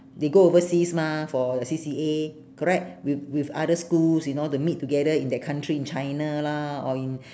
they go overseas mah for C_C_A correct with with other schools you know to meet together in that country in china lah or in